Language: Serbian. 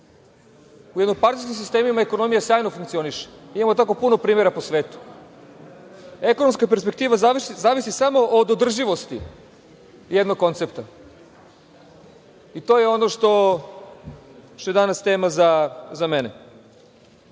U jednopartijskim sistemima ekonomija sjajno funkcioniše. Imamo tako puno primera po svetu. Ekonomska perspektiva zavisi samo od održivosti jednog koncepta i to je ono što je danas tema za mene. Da